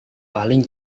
paling